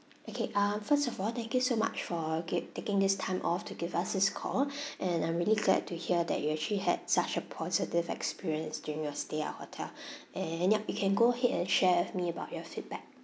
okay um first of all thank you so much for gi~ taking this time off to give us this call and I'm really glad to hear that you actually had such a positive experience during your stay at our hotel and yup you can go ahead and share with me about your feedback